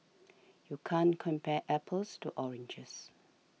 you can't compare apples to oranges